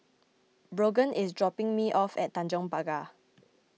Brogan is dropping me off at Tanjong Pagar